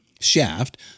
Shaft